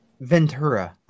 Ventura